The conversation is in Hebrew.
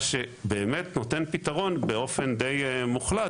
מה שבאמת נותן פתרון באופן די מוחלט,